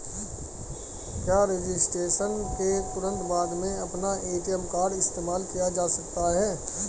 क्या रजिस्ट्रेशन के तुरंत बाद में अपना ए.टी.एम कार्ड इस्तेमाल किया जा सकता है?